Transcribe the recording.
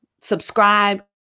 Subscribe